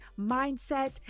mindset